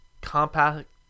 compact